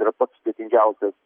yra pats sudėtingiausias